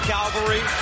Calvary